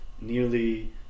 nearly